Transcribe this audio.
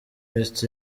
west